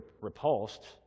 repulsed